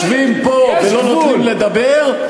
זהבה, אני אוציא אותך.